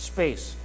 Space